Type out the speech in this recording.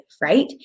right